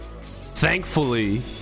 thankfully